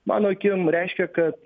mano akim reiškia kad